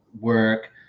work